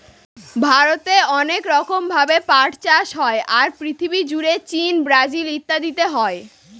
ভারতে অনেক রকম ভাবে পাট চাষ হয়, আর পৃথিবী জুড়ে চীন, ব্রাজিল ইত্যাদিতে হয়